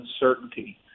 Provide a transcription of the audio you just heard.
uncertainty